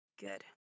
Good